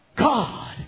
God